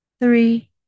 three